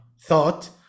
thought